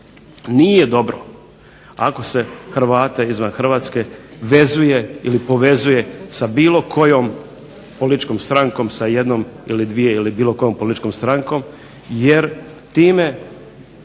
Nije dobro ako se Hrvate izvan Hrvatske vezuje ili povezuje sa bilo kojom političkom strankom, sa jednom ili dvije ili bilo kojom političkom strankom jer time